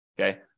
Okay